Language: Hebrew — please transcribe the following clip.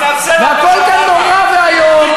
והכול כאן נורא ואיום,